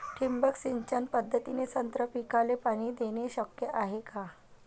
ठिबक सिंचन पद्धतीने संत्रा पिकाले पाणी देणे शक्य हाये का?